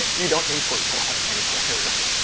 you don't import pillow anywhere really.